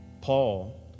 Paul